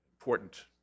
important